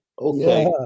Okay